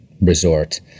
resort